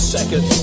Second